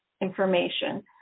information